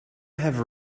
have